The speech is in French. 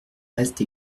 reste